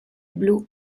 blu